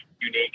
unique